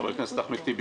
חבר הכנסת אחמד טיבי,